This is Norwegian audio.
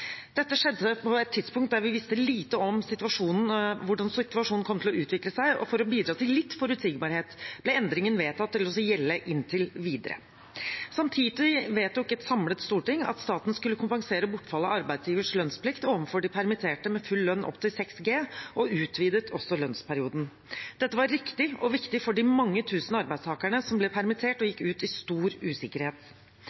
Dette skjedde på et tidspunkt der vi visste lite om hvordan situasjonen kom til å utvikle seg, og for å bidra til litt forutsigbarhet ble endringen vedtatt å gjelde inntil videre. Samtidig vedtok et samlet storting at staten skulle kompensere bortfallet av arbeidsgivers lønnsplikt overfor de permitterte med full lønn opp til 6G og utvidet også lønnsperioden. Dette var riktig og viktig for de mange tusen arbeidstakerne som ble permittert og